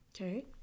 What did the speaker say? Okay